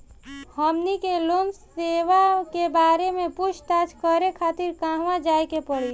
हमनी के लोन सेबा के बारे में पूछताछ करे खातिर कहवा जाए के पड़ी?